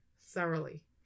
thoroughly